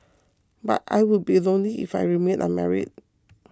but I would be lonely if I remained unmarried